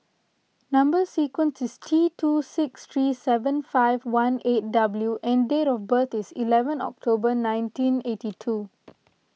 Number Sequence is T two six three seven five one eight W and date of birth is eleven October nineteen eighty two